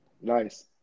nice